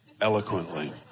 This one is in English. eloquently